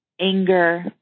anger